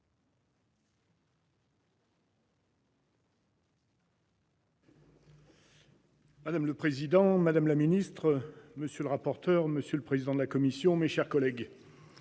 Madame le président, madame la ministre. Monsieur le rapporteur. Monsieur le président de la commission. Mes chers collègues.